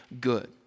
good